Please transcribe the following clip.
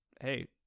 Hey